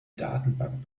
datenbank